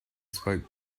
spoke